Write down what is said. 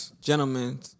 Gentlemen